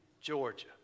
Georgia